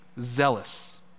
zealous